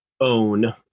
own